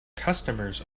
customers